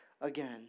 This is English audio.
again